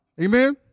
Amen